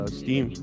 steam